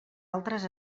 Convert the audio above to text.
altres